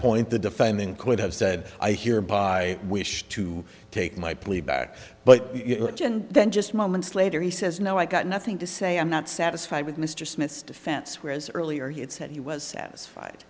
point the defending could have said i hereby wish to take my plea back but then just moments later he says no i got nothing to say i'm not satisfied with mr smith's defense whereas earlier he had said he was satisfied